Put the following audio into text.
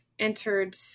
entered